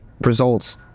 results